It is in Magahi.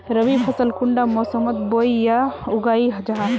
रवि फसल कुंडा मोसमोत बोई या उगाहा जाहा?